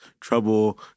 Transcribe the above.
trouble